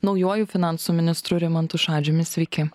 naujuoju finansų ministru rimantu šadžiumi sveiki